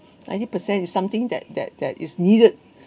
ninety percent is something that that that is needed